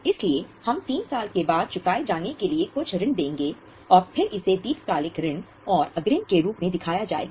इसलिए हम 3 साल के बाद चुकाए जाने के लिए कुछ ऋण देंगे और फिर इसे दीर्घकालिक ऋण और अग्रिम के रूप में दिखाया जाएगा